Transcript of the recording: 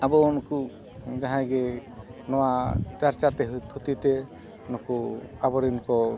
ᱟᱵᱚ ᱩᱱᱠᱩ ᱡᱟᱦᱟᱸᱭ ᱜᱮ ᱱᱚᱣᱟ ᱪᱟᱨᱪᱟᱛᱮ ᱦᱩᱭᱩᱜ ᱛᱷᱩᱛᱤᱛᱮ ᱱᱩᱠᱩ ᱟᱵᱚᱨᱮᱱ ᱠᱚ